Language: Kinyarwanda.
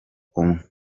umwe